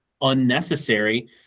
unnecessary